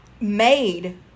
made